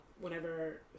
whenever